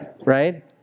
right